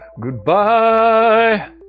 Goodbye